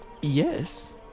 Yes